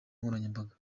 nkoranyambaga